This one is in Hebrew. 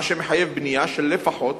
מה שמחייב בנייה של לפחות